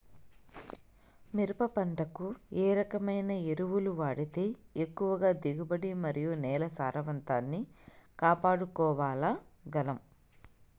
మిరప పంట కు ఏ రకమైన ఎరువులు వాడితే ఎక్కువగా దిగుబడి మరియు నేల సారవంతాన్ని కాపాడుకోవాల్ల గలం?